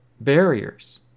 Barriers